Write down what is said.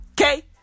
Okay